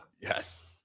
Yes